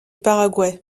paraguay